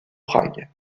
prague